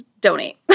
donate